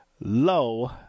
low